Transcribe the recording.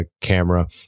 camera